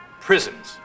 prisons